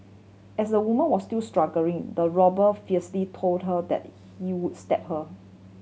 as the woman was still struggling the robber fiercely told her that he would stab her